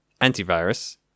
antivirus